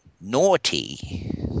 naughty